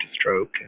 stroke